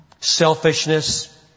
selfishness